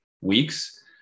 weeks